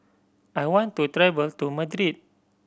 I want to travel to Madrid